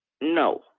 no